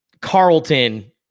Carlton